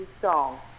song